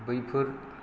बैफोर